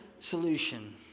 Solution